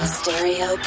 Stereo